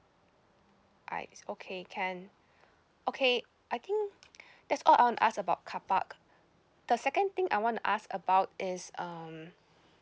I see okay can okay I think that's all I want to ask about carpark the second thing I want to ask about is um